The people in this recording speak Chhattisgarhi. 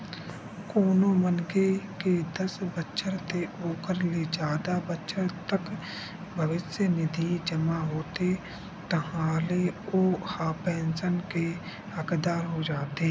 कोनो मनखे के दस बछर ते ओखर ले जादा बछर तक भविस्य निधि जमा होथे ताहाँले ओ ह पेंसन के हकदार हो जाथे